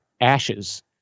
ashes